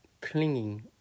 clinging